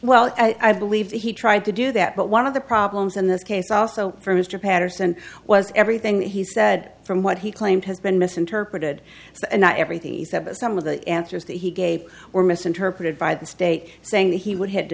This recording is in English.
well i believe he tried to do that but one of the problems in this case also for mr patterson was everything that he said from what he claimed has been misinterpreted and not everything he said as some of the answers that he gave were misinterpreted by the state saying that he would had to